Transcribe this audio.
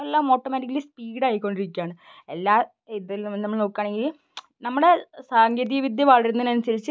എല്ലാം ഓട്ടോമാറ്റിക്കലി സ്പീഡായി കൊണ്ടിരിക്കുകയാണ് എല്ലാ ഇതിലും നമ്മൾ നോക്കുക ആണെങ്കിൽ നമ്മുടെ സാങ്കേതിക വിദ്യ വളരുന്നതിന് അനുസരിച്ച്